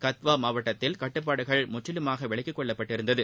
கத்வா மாவட்டத்தில் கட்டுப்பாடுகள் முற்றிலுமாக விலக்கிக்கொள்ளப்பட்டிருந்தது